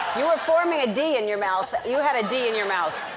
you were forming a d in your mouth. you had a d in your mouth.